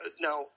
Now